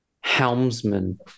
Helmsman